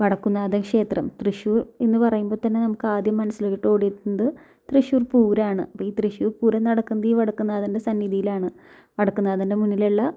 വടക്കുംനാഥക്ഷേത്രം തൃശൂർ എന്ന് പറയുമ്പോൾ തന്നെ നമുക്ക് ആദ്യം മനസ്സിലോട്ട് ഓടി വരുന്നത് തൃശ്ശൂർ പൂരമാണ് ഈ തൃശൂർ പൂരം നടക്കുന്നത് ഈ വടക്കുംനാഥൻ്റെ സന്നിധിയിലാണ് വടക്കുംനാഥൻ്റെ മുന്നിലുള്ള